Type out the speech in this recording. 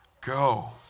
Go